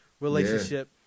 relationship